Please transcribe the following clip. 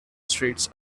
streets